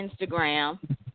Instagram